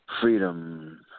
Freedom